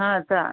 हा अच्छा